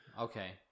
Okay